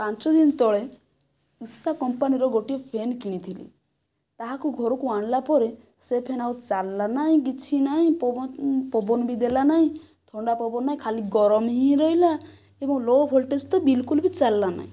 ପାଞ୍ଚ ଦିନ ତଳେ ଉଷା କମ୍ପାନୀର ଗୋଟିଏ ଫ୍ୟାନ୍ କିଣିଥିଲି ତାହାକୁ ଘରକୁ ଆଣିଲା ପରେ ସେ ଫ୍ୟାନ୍ ଆଉ ଚାଲିଲାନାହିଁ କିଛି ନାହିଁ ପବନ ପବନ ବି ଦେଲା ନାହିଁ ଥଣ୍ଡା ପବନ ନାହିଁ ଖାଲି ଗରମ ହୋଇ ରହିଲା ଏବଂ ଲୋ ଭୋଲ୍ଟେଜ ତ ବିଲକୁଲ ବି ଚାଲିଲାନାହିଁ